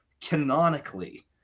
canonically